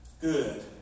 good